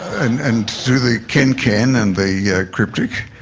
and and do the kenken and the cryptic.